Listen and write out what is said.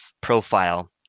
profile